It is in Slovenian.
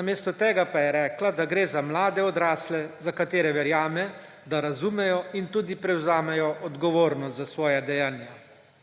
Namesto tega pa je rekla, da gre za mlade odrasle, za katere verjame, da razumejo in tudi prevzamejo odgovornost za svoja dejanja.